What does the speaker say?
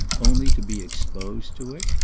only to be exposed to it?